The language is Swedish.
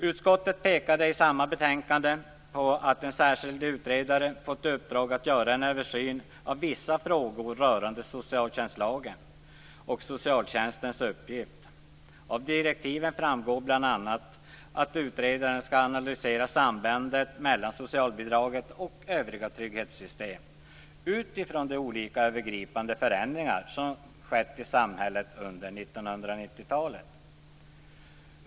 Utskottet pekade i samma betänkande på att en särskild utredare fått i uppdrag att göra en översyn av vissa frågor rörande socialtjänstlagen och socialtjänstens uppgifter. Av direktiven framgår bl.a. att utredaren skall analysera sambandet mellan socialbidraget och övriga trygghetssystem utifrån de olika övergripande förändringar som skett i samhället under 1990 talet.